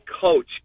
coach